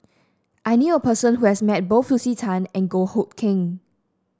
I knew a person who has met both Lucy Tan and Goh Hood Keng